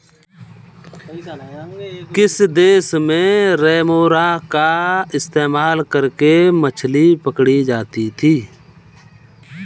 किस देश में रेमोरा का इस्तेमाल करके मछली पकड़ी जाती थी?